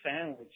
sandwich